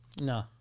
No